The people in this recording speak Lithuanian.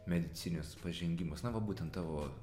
medicininius pažengimus na va būtent tavo